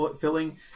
filling